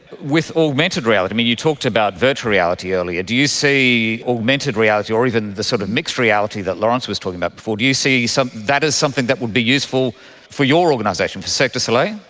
with augmented reality, i mean, you talked about virtual reality earlier, do you see augmented reality or even the sort of mixed reality that lawrence was talking about before, do you see so that as something that would be useful for your organisation, for cirque du soleil?